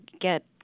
get